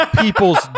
people's